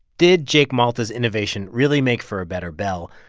did jake malta's innovation really make for a better bell?